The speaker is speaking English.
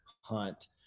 hunt